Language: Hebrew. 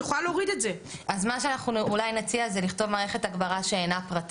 אני קוראת לציבור החרדי לשתף פעולה עם משטרת ישראל ושידעו